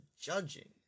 judging